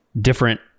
different